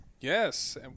Yes